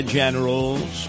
generals